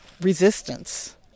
resistance